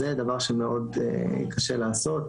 זה דבר שמאוד קשה לעשות,